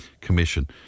Commission